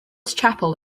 chapel